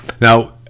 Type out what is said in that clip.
Now